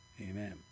Amen